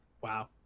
wow